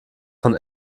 von